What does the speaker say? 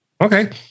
Okay